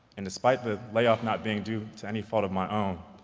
and despite the layoff not being due to any fault of my own,